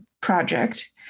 project